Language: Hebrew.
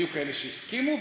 היו כאלה שהסכימו,